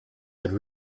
had